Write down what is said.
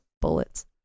bullets